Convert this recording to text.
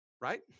right